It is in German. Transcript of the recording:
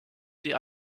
die